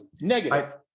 Negative